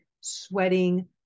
sweating